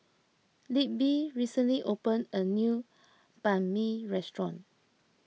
Libbie recently opened a new Banh Mi restaurant